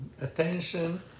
attention